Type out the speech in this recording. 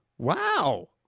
Wow